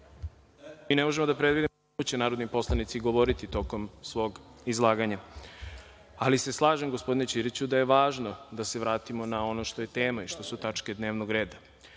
Mi ne možemo da predvidimo o čemu će narodni poslanici govoriti tokom svog izlaganja. Ali se slažem gospodine Ćiriću da je važno da se vratimo na ono što je tema i što su tačke dnevnog